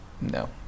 no